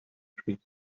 trees